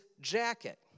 jacket